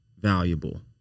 valuable